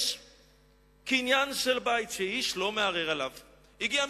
" מפני היהודים.